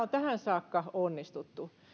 on tähän saakka onnistuttu